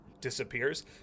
disappears